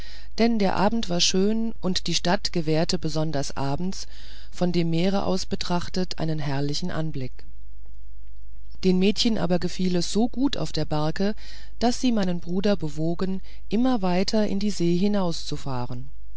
denn der abend war schön und die stadt gewährte besonders abends von dem meere aus betrachtet einen herrlichen anblick den mädchen aber gefiel es so gut auf der barke daß sie meinen bruder bewogen immer weiter in die see hinauszufahren